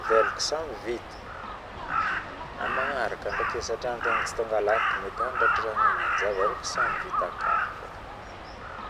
avelako samy vita amin'ny manaraka ndraiky e satria antegna tsy tonga lafatra mety andratra raha ninajy avelako samy vita akagny fogna